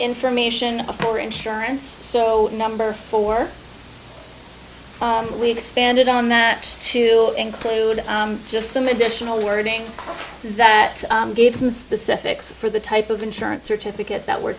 information for insurance so number four we expanded on that to include just some additional wording that gave some specifics for the type of insurance certificate that we're